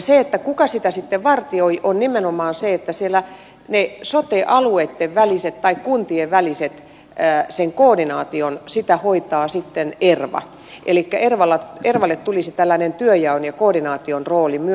se kuka sitä sitten vartioi on nimenomaan se että siellä sitä sote alueitten välisen tai kuntien välisen koordinaation hoitaa sitten erva elikkä ervalle tulisi tällainen työnjaon ja koordinaation rooli myöskin